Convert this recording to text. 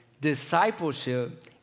Discipleship